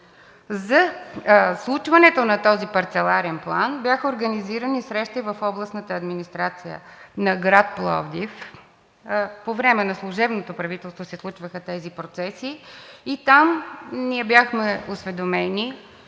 За случването на този парцеларен план бяха организирани срещи в Областната администрация на град Пловдив. По време на служебното правителство се случваха тези процеси и там ние бяхме осведомени,